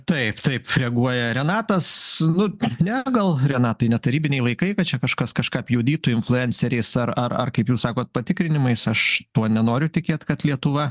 taip taip reaguoja renatas nu ne gal renatai ne tarybiniai laikai kad čia kažkas kažką pjudytų influenceriais ar ar ar kaip jūs sakot patikrinimais aš tuo nenoriu tikėt kad lietuva